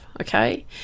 okay